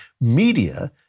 media